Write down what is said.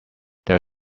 there